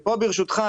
ברשותך,